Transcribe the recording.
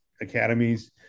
academies